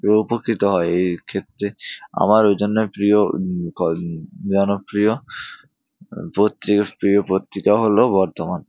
উপকৃত হয় এই ক্ষেত্রে আমার ওই জন্যে প্রিয় জনপ্রিয় পত্রিকা প্রিয় পত্রিকা হলো বর্তমান